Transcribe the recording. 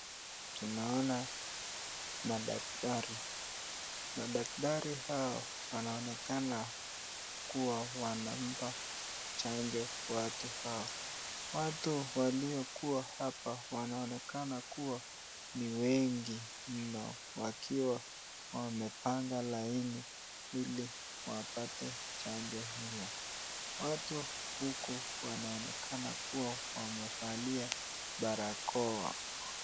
Tunaona madaktari. Madaktari hao wanaonekana kuwa wanampa chanjo watu hao. Watu waliokuwa hapa wanaonekana kuwa ni wengi mno wakiwa wamepanga laini ili wapate chanjo hio. Watu huku wanaonekana kuwa wamevalia barakoa.